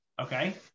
Okay